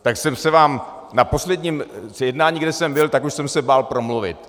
Tak jsem se vám na posledním jednání, kde jsem byl, tak už jsem se bál promluvit.